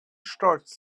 stolz